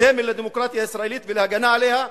סמל לדמוקרטיה הישראלית ולהגנה עליה,